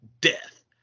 death